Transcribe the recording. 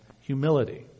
humility